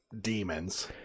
demons